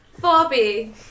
Bobby